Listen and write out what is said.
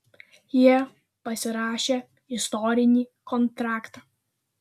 jie pasirašė istorinį kontraktą